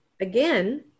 Again